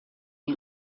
you